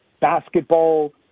basketball